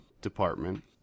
department